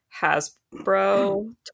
hasbro